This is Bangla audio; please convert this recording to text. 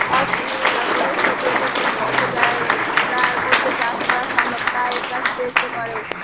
অরপনিক্স প্রক্রিয়াতে কোনো বদ্ধ জায়গার মধ্যে চাষ করা সম্ভব তাই এটা স্পেস এ করে